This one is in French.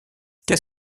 qu’est